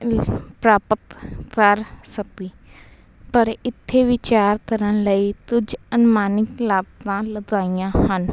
ਪ੍ਰਾਪਤ ਕਰ ਸਕੀ ਪਰ ਇੱਥੇ ਵਿਚਾਰ ਕਰਨ ਲਈ ਕੁਝ ਅਨੁਮਾਨਿਤ ਲਾਗਤਾਂ ਲਗਾਈਆਂ ਹਨ